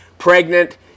pregnant